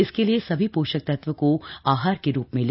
इसके लिए सभी पोषक तत्व को आहार के रूप में ले